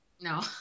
No